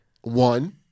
one